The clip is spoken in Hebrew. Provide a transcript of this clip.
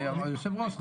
הוא ייתן לך את הזמן שלך.